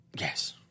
Yes